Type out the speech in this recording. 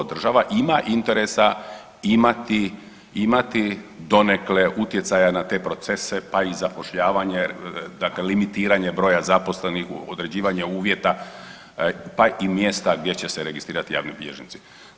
Država ima interesa imati donekle utjecaja na te procese pa i zapošljavanje, dakle limitiranje broja zaposlenih, određivanje uvjeta, pa i mjesta gdje će se registrirati javni bilježnici.